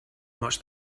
much